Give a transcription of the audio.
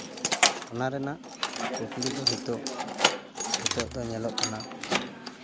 ᱚᱱᱟ ᱨᱮᱱᱟᱜ ᱠᱩᱠᱞᱤ ᱫᱚ ᱱᱤᱛᱳᱜ ᱱᱤᱛᱳᱜ ᱫᱚ ᱧᱮᱞᱚᱜ ᱠᱟᱱᱟ